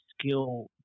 skill